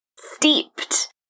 steeped